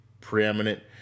preeminent